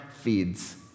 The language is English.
feeds